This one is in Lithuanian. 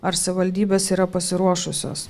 ar savivaldybės yra pasiruošusios